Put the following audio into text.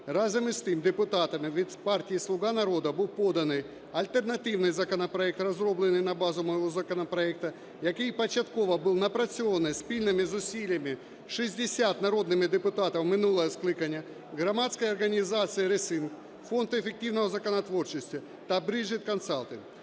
Разом з тим, депутатами від партії "Слуга народу", був поданий альтернативний законопроект, розроблений на базовому законопроекті, який початково був напрацьований спільними зусиллями 60 народними депутатами минулого скликання, громадською організацією "Рейсінг", Фонду ефективної законотворчості та British Consulting.